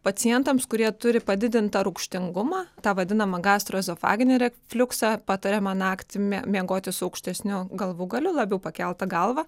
pacientams kurie turi padidintą rūgštingumą tą vadinamą gastroezofaginį refliuksą patariama naktį mie miegoti su aukštesniu galvūgaliu labiau pakelta galva